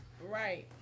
Right